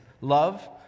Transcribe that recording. love